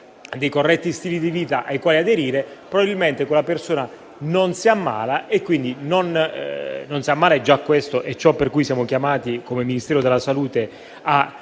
dei corretti stili di vita ai quali aderire, probabilmente non solo quella persona non si ammala - e già questo è ciò per cui siamo chiamati, come Ministero della salute, a